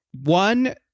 One